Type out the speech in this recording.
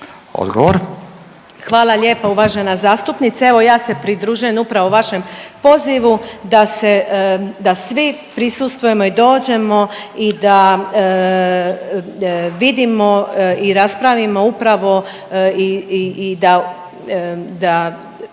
(HDZ)** Hvala lijepa uvažena zastupnice, evo ja se pridružujem upravo vašem pozivu da se, da svi prisustvujemo i dođemo i da vidimo i raspravimo upravo i da